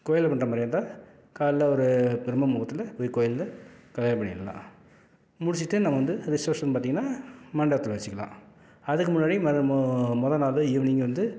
கோவில்ல பண்ணுற மாதிரியா இருந்தால் காலையில் ஒரு பிரம்ம முகூர்த்தத்தில் போய் கோவில்ல கல்யாணம் பண்ணிக்கலாம் முடிச்சுட்டு நம்ம வந்து ரிசெப்ஷன் பார்த்திங்கன்னா மண்டபத்தில் வச்சுக்கலாம் அதுக்கு முன்னாடி முத மொ முத நாள் ஈவினிங் வந்து